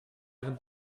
ihren